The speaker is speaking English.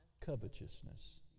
covetousness